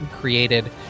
created